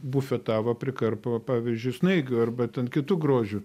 bufetava prikarpo pavyzdžiui snaigių arba kitų grožių